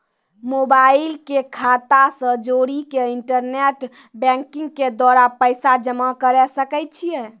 Mobile के खाता से जोड़ी के इंटरनेट बैंकिंग के द्वारा पैसा जमा करे सकय छियै?